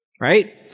Right